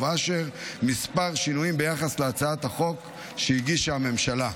אשר כמה שינויים ביחס להצעת החוק שהגישה הממשלה.